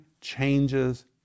changes